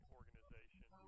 organization